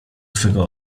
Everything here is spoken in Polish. twego